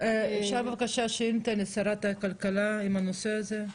אפשר בבקשה שאילתה לשרת הכלכלה על הנושא הזה?